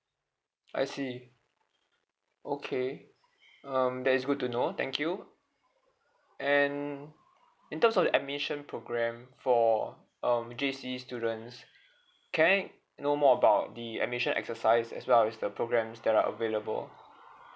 I see okay um that is good to know thank you and in terms of the admission programme for um J_C students can I know more about the admission exercise as well as the programmes that are available